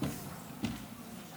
היושב